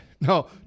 No